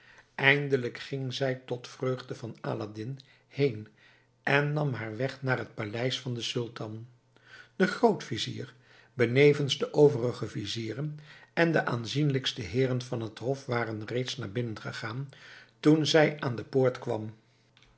eindelijk ging zij tot vreugde van aladdin heen en nam haar weg naar het paleis van den sultan de grootvizier benevens de overige vizieren en de aanzienlijkste heeren van het hof waren reeds naar binnen gegaan toen zij aan de poort kwam